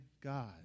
God